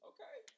Okay